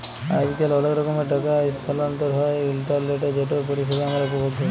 আইজকাল অলেক রকমের টাকা ইসথালাল্তর হ্যয় ইলটারলেটে যেটর পরিষেবা আমরা উপভোগ ক্যরি